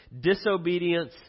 disobedience